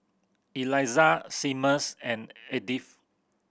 Elizah Seamus and Edith